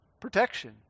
Protection